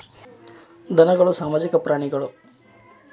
ಧನಗಳು ಸಾಮಾಜಿಕ ಪ್ರಾಣಿಗಳು